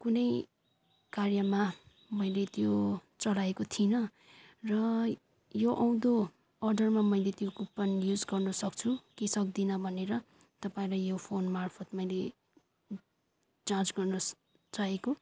कुनै कार्यमा मैले त्यो चलाएको थिइनँ र यो आउँदो अर्डरमा मैले त्यो कुपन युज गर्नसक्छु कि सक्दिनँ भनेर तपाईँलाई यो फोनमार्फत् मैले जाँच गर्नुहोस् चाहेको